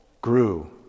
grew